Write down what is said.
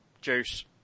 juice